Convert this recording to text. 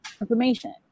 Information